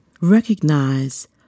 recognize